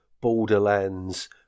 borderlands